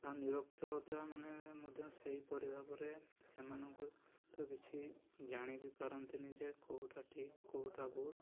ଆଉ ନିରକ୍ଷରତା ମାନେ ମଧ୍ୟ ସେହିପରି ଭାବରେ ସେମାନଙ୍କୁ ତ କିଛି ଜାଣି ବି ପାରନ୍ତିନି ଯେ କୋଉଟା ଠିକ୍ କୋଉଟା ଭୁଲ୍